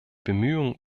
bemühungen